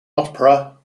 opera